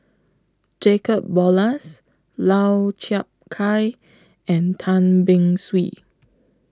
Jacob Ballas Lau Chiap Khai and Tan Beng Swee